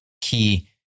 key